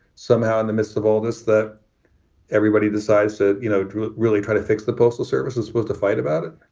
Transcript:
somehow in the midst of all this that everybody decides it? you know, drew it really trying to fix the postal service's was the fight about it